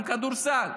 עם כדורסל.